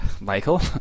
michael